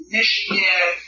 Michigan